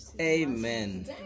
Amen